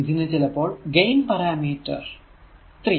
ഇതിനെ ചിലപ്പോൾ gain parameter 3